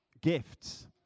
gifts